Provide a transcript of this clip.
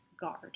guard